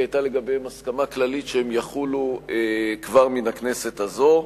כי היתה לגביהם הסכמה כללית שהם יחולו כבר מהכנסת הזו.